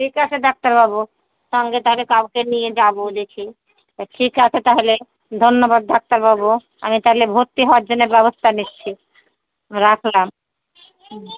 ঠিক আছে ডাক্তারবাবু সঙ্গে তাহলে কাউকে নিয়ে যাবো দেখি ঠিক আছে তাহলে ধন্যবাদ ডাক্তারবাবু আমি তাহলে ভর্তি হওয়ার জন্যে ব্যবস্থা নিচ্ছি রাখলাম হুম